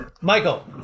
Michael